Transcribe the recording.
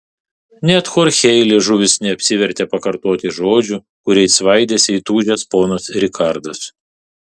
net chorchei liežuvis neapsivertė pakartoti žodžių kuriais svaidėsi įtūžęs ponas rikardas